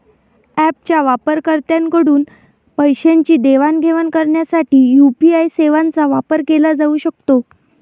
ऍपच्या वापरकर्त्यांकडून पैशांची देवाणघेवाण करण्यासाठी यू.पी.आय सेवांचा वापर केला जाऊ शकतो